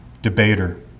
debater